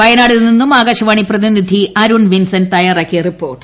വയനാട് നിന്നും ആകാശവാണി പ്രതിനിധി അരുൺ വിൻസന്റ് തയ്യാറാക്കിയ റിപ്പോർട്ട്